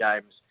games